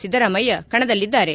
ಸಿದ್ದರಾಮಯ್ಯ ಕಣದಲ್ಲಿದ್ದಾರೆ